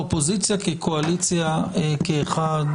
אופוזיציה כקואליציה כאחד,